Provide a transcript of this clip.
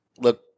look